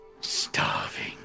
Starving